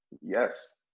Yes